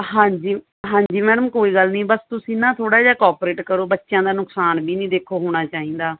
ਹਾਂਜੀ ਹਾਂਜੀ ਮੈਡਮ ਕੋਈ ਗੱਲ ਨਹੀਂ ਬਸ ਤੁਸੀਂ ਨਾ ਥੋੜ੍ਹਾ ਜਿਹਾ ਕੋਪਰੇਟ ਕਰੋ ਬੱਚਿਆਂ ਦਾ ਨੁਕਸਾਨ ਵੀ ਨਹੀਂ ਦੇਖੋ ਹੋਣਾ ਚਾਹੀਦਾ